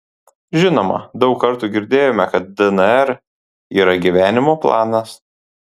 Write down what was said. žinoma daug kartų girdėjome kad dnr yra gyvenimo planas